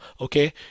okay